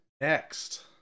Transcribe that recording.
next